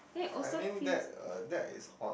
I mean that uh that is on